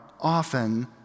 often